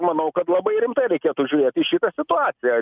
manau kad labai rimtai reikėtų žiūrėt į šitą situaciją